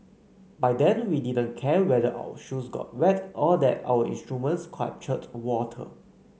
by then we didn't care whether our shoes got wet or that our instruments captured water